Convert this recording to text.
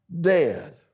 dead